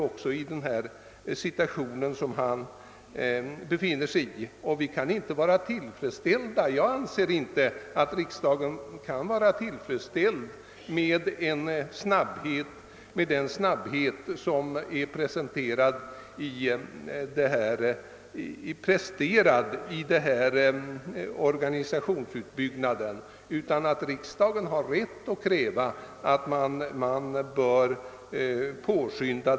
Detta förhållande har kanske helt kunnat undvikas om rationella metoder i samband med en snabbare upprustning, enligt med vad som uttalades år 1961, verkligen ägt rum. Enligt min mening kan inte riksdagen vara nöjd med den takt som presterats beträffande denna organisationsutbyggnad, utan riksdagen har rätt att kräva att saken påskyndas.